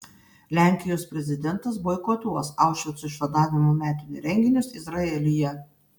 lenkijos prezidentas boikotuos aušvico išvadavimo metinių renginius izraelyje